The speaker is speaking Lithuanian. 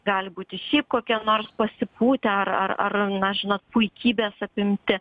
gali būti šiaip kokie nors pasipūtę ar ar ar na žinot puikybės apimti